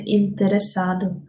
interessado